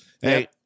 hey